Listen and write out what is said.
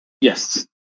Yes